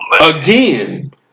Again